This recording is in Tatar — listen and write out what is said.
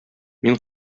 мин